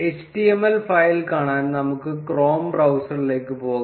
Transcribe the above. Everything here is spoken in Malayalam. Html ഫയൽ കാണാൻ നമുക്ക് chrome ബ്രൌസറിലേക്ക് പോകാം